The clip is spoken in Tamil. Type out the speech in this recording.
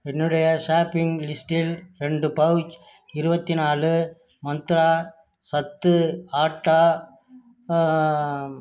என்னுடைய ஷாப்பிங் லிஸ்டில் ரெண்டு பவுச் இருவத்தி நாலு மந்த்ரா சத்து ஆட்டா